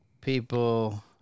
people